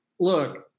Look